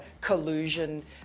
collusion